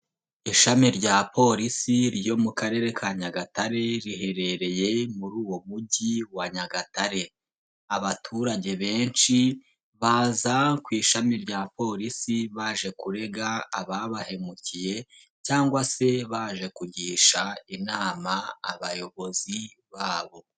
Ishami rya polisi ryo mu karere ka Nyagatare riherereye muri uwo mujyi wa Nyagatare, abaturage benshi baza ku ishami rya polisi baje kurega ababahemukiye cyangwa se baje kugisha inama abayobozi babo.